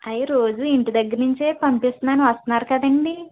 అయ్యో రోజూ ఇంటిదగ్గరనుంచే పంపిస్తున్నాను వస్తున్నారు కదండి